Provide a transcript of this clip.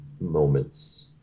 moments